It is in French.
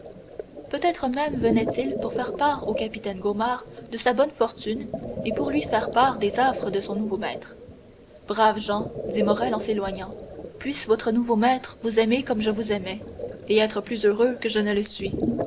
peut-être même venait-il pour faire part au capitaine gaumard de sa bonne fortune et pour lui faire part des offres de son nouveau maître braves gens dit morrel en s'éloignant puisse votre nouveau maître vous aimer comme je vous aimais et être plus heureux que je ne le suis